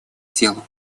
делу